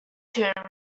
peter